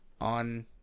on